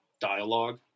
dialogue